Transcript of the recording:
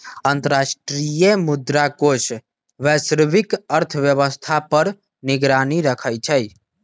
अंतर्राष्ट्रीय मुद्रा कोष वैश्विक अर्थव्यवस्था पर निगरानी रखइ छइ